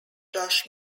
josh